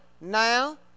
now